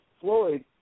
Floyd